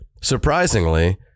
surprisingly